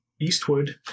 Eastwood